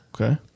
Okay